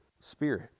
Spirit